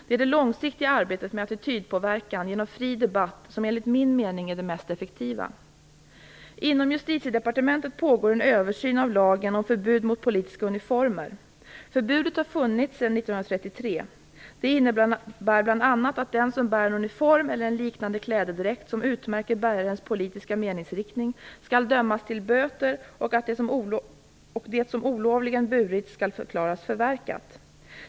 Det är det långsiktiga arbetet med attitydpåverkan genom fri debatt som enligt min mening är det mest effektiva. Förbudet har funnits sedan 1933. Det innebär bl.a. att den som bär uniform eller en liknande klädedräkt som utmärker bärarens politiska meningsriktning skall dömas till böter och att det som olovligen burits skall förklaras förverkat.